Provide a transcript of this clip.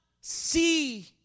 see